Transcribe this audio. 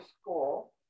school